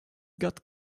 got